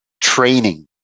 training